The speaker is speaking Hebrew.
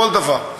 כל דבר.